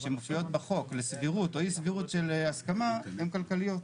שמופיעות בחוק לסבירות או אי סבירות של הסכמה הן כלכליות.